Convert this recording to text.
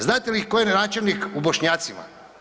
Znate li tko je načelnik u Bošnjacima?